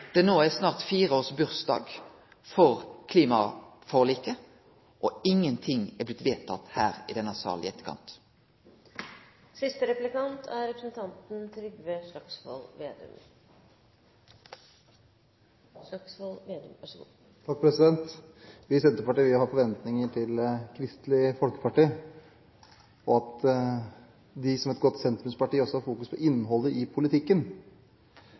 hastar no. Paradokset er at det no er snart fireårsbursdag for klimaforliket, og ingenting er blitt vedteke her i denne sal i etterkant. Vi i Senterpartiet har forventninger til Kristelig Folkeparti og til at de som et godt sentrumsparti også har fokus på innholdet i politikken.